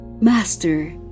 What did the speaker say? Master